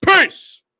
Peace